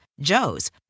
Joe's